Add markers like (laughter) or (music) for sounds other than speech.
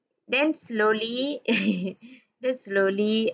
then slowly (laughs) then slowly